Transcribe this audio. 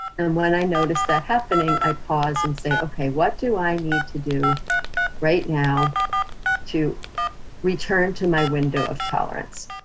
and when i notice that happening, i pause and say, okay, what do i need to do right now to return to my window of tolerance?